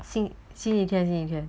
星星期天星期天